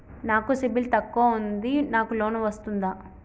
నాకు సిబిల్ తక్కువ ఉంది నాకు లోన్ వస్తుందా?